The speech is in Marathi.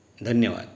धन्यवाद